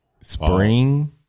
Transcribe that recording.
spring